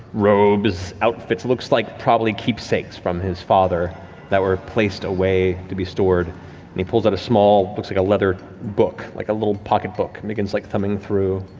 robes, outfits, looks like probably keepsakes from his father that were placed away to be stored and he pulls out a small, like leather book, like a little pocketbook, and begins like thumbing through.